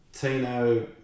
Tino